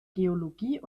geologie